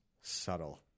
subtle